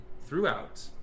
throughout